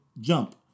Jump